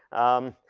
um,